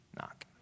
knock